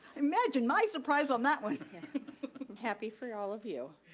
imagine my surprise on that one. i'm happy for all of you.